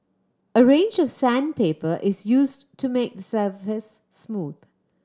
a range of sandpaper is used to make the surface smooth